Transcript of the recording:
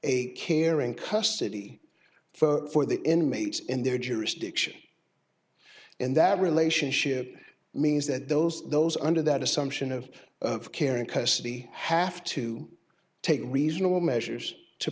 a caring custody for the inmates in their jurisdiction and that relationship means that those those under that assumption of care and custody have to take reasonable measures to